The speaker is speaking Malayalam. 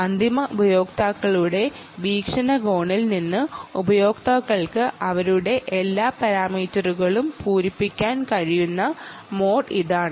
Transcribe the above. അന്തിമ ഉപയോക്താക്കളുടെ വീക്ഷണകോണിൽ നിന്ന് നോക്കുകയാണെങ്കിൽ ഉപയോക്താക്കൾക്ക് അവരുടെ എല്ലാ പാരാമീറ്ററുകളും ഫിൽ ചെയ്യാൻ കഴിയുന്ന മോഡ് ഇതാണ്